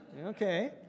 Okay